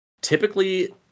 Typically